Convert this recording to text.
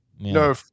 no